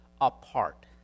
apart